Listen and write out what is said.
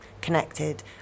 connected